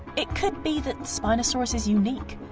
it could be that spinosaurus is unique.